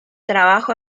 trabajó